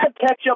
ketchup